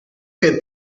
que